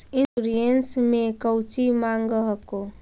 Insurance मे कौची माँग हको?